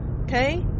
Okay